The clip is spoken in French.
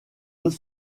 deux